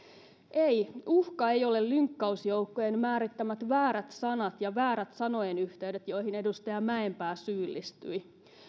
ei uhka ei ole lynkkausjoukkojen määrittämät väärät sanat ja väärät sanojen yhteydet joihin edustaja mäenpää syyllistyi